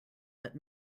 but